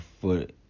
foot